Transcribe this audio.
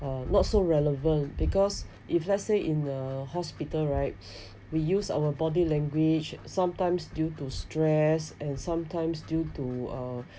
uh not so relevant because if let's say in a hospital right we use our body language sometimes due to stress and sometimes due to uh